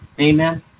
Amen